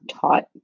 taught